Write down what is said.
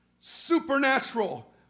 supernatural